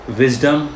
wisdom